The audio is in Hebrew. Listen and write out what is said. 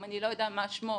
אם אני לא אדע מה שמו,